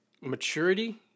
maturity